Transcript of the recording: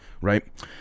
right